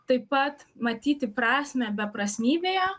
taip pat matyti prasmę beprasmybėje